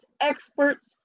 experts